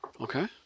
Okay